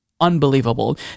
Unbelievable